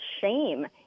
shame